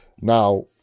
Now